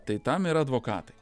tai tam yra advokatai